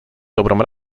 dobrą